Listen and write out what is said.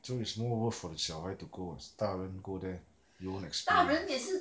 so it's more worth for the 小孩 to go 大人 go there you won't experience